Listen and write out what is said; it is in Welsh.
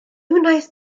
wnaeth